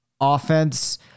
offense